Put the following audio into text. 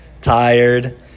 Tired